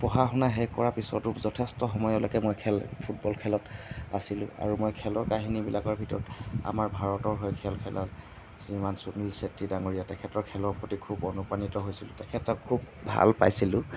পঢ়া শুনা শেষ কৰা পিছতো যথেষ্ট সময়লৈকে মই খেল ফুটবল খেলত আছিলোঁ আৰু মই খেলৰ কাহিনীবিলাকৰ ভিতৰত আমাৰ ভাৰতৰ হৈ খেল খেলাত চুনীল চেত্ৰী ডাঙৰীয়াহঁতৰ খেলৰ প্ৰতি খুব অনুপ্ৰাণিত হৈছিলোঁ তেখেতক খুব ভাল পাইছিলোঁ